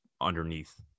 underneath